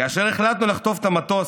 כאשר החלטנו לחטוף את המטוס,